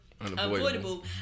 unavoidable